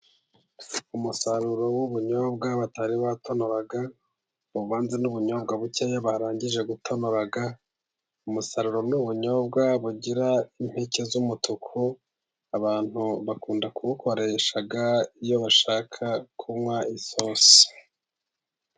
Umusaruro w'ubunyobwa batari batonora，uvanze n'ubunyobwa bukeya barangije gutonora，umusaruro ni w’ubunyobwa ugira impeke z'umutuku， abantu bakunda kuwukoresha iyo bashaka kunywa isosi.